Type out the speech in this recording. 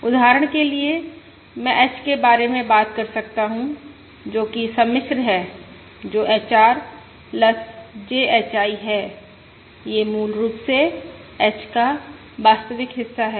उदाहरण के लिए मैं h के बारे में बात कर सकता हूं जो कि सम्मिश्र है जो HR JHI है यह मूल रूप से h का वास्तविक हिस्सा है